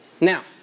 Now